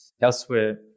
elsewhere